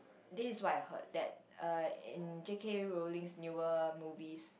this is what I heard that uh in J_K-Rowling newer movie